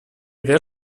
del